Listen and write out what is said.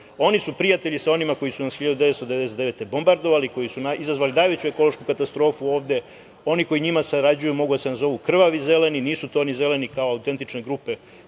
Oni su prijatelji sa onima koji su nas 1999. godine bombardovali, koji su izazvali najveću ekološku katastrofu ovde, oni koji sa njima sarađuju mogu da se nazovu – krvavi zeleni. Nisu to oni zeleni kao autentične grupe